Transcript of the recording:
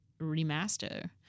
remaster